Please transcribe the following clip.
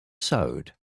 sewed